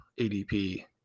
adp